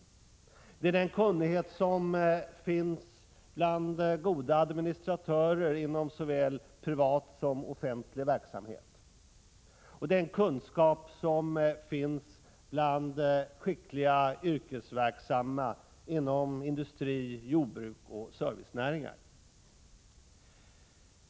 Det gäller den kunnighet som finns bland goda administratörer inom såväl privat som offentlig verksamhet, och den kunskap som finns bland skickliga yrkesverksamma inom industri, jordbruk och servicenäringar.